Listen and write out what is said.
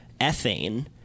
ethane